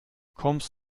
kommst